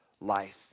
life